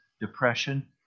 depression